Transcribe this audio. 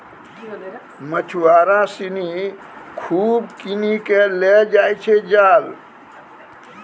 मछुआरा सिनि खूब किनी कॅ लै जाय छै जाल